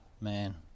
man